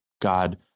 God